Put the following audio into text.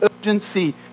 urgency